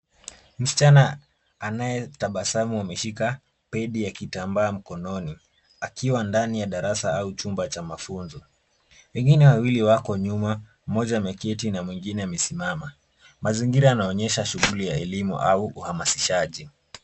Msichana anayetabasamu ameshika pedi ya kitambaa mkononi, akiwa ndani ya darasa au chumba cha mafunzo. Wengine wawili wako nyuma, mmoja ameketi na mwingine amesimama. Mazingira yanaonyesha shughuli ya elimu au uhamasishaji.